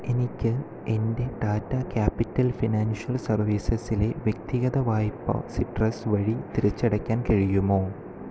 എനിക്ക് എൻ്റെ Tata capital financial സർവീസെസിലെ വ്യക്തിഗത വായ്പ സിട്രസ് വഴി തിരിച്ചടയ്ക്കാൻ കഴിയുമോ